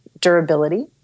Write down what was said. durability